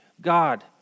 God